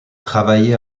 travaillé